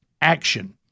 Action